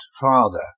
father